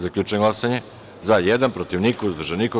Zaključujem glasanje: za – jedan, protiv – niko, uzdržanih – nema.